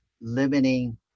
limiting